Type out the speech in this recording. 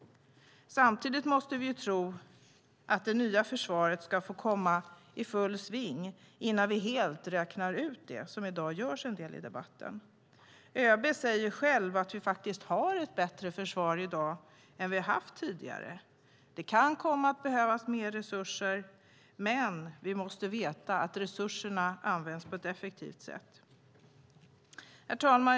Samtidigt måste vi tro att det nya försvaret ska få komma i full sving innan vi helt räknar ut det, som en del gör i debatten i dag. ÖB säger själv att vi har ett bättre försvar i dag än vad vi haft tidigare. Det kan komma att behövas mer resurser, men vi måste veta att resurserna används på ett effektivt sätt. Herr talman!